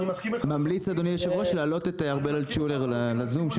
אני ממליץ להעלות את ארבל אלטשולר מהחשב הכללי לזום.